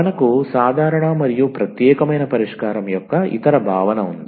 మనకు సాధారణ మరియు ప్రత్యేకమైన పరిష్కారం యొక్క ఇతర భావన ఉంది